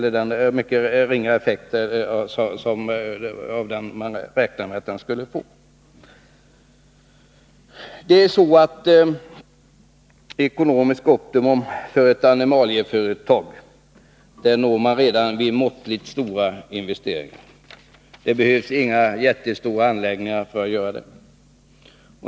Ekonomiskt optimum för ett animalieproducerande företag når man redan vid måttligt stora investeringar. Det behövs inga jättestora anläggningar.